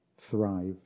thrive